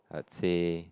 I'd say